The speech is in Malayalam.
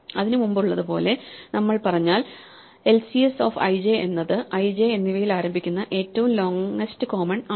അതിനുമുമ്പുള്ളത് പോലെ നമ്മൾ പറഞ്ഞാൽ lcs ഓഫ് ij എന്നത് i j എന്നിവയിൽ ആരംഭിക്കുന്ന ഏറ്റവും ലോങ്ങ്സ്റ്റ് കോമൺ ആണ്